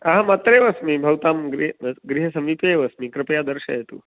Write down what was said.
अहम् अत्रैव अस्मि भवतां गृहे गृहसमीपे एव अस्मि कृपया दर्शयतु